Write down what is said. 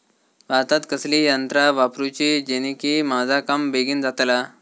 भातात कसली यांत्रा वापरुची जेनेकी माझा काम बेगीन जातला?